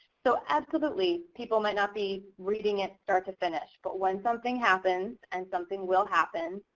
so absolutely people might not be reading it start to finish but when something happens, and something will happen,